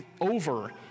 over